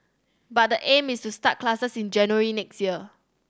but the aim is to start classes in January next year